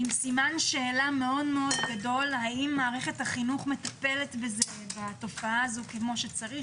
עם סימן שאלה מאוד גדול האם מערכת החינוך מטפלת בתופעה הזאת כפי שצריך,